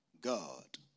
God